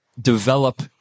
develop